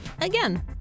again